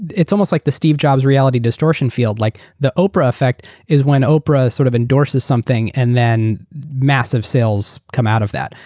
it's almost like the steve jobs reality distortion field. like the oprah effect is when oprah sort of endorses something and then massive sales come out of that.